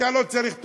אתה לא צריך תרופה.